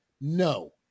no